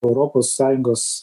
europos sąjungos